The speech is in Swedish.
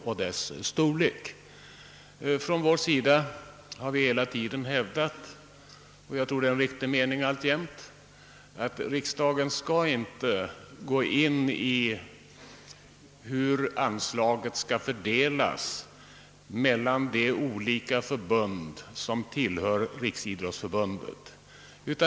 Vi har hela tiden hävdat — och jag tror alltjämt att det är en riktig mening — att riksdagen inte skall gå in på hur anslaget skall fördelas mellan de olika förbund som tillhör Riksidrottsförbundet.